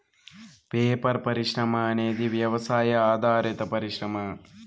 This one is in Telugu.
పేపర్ పరిశ్రమ అనేది వ్యవసాయ ఆధారిత పరిశ్రమ